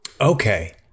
Okay